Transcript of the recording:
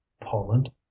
Poland